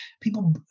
people